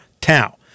TAO